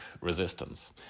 resistance